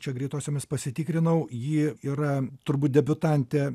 čia greitosiomis pasitikrinau ji yra turbūt debiutantė